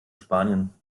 spanien